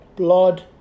Blood